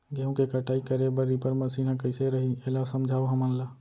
गेहूँ के कटाई करे बर रीपर मशीन ह कइसे रही, एला समझाओ हमन ल?